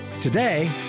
Today